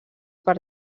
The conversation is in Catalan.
per